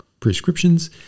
prescriptions